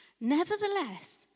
Nevertheless